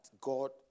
God